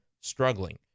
struggling